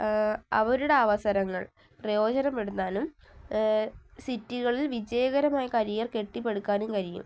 അവരുടെ അവസരങ്ങൾ പ്രയോജനപ്പെടുത്താനും സിറ്റികളിൽ വിജയകരമായ കരിയർ കെട്ടിപ്പടുക്കാനും കഴിയും